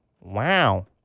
Wow